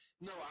no